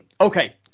Okay